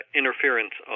interference